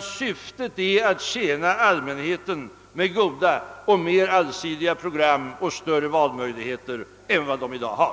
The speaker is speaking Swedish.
Syftet är att tjäna allmänheten med goda och mer allsidiga program och större valmöjligheter än man i dag har.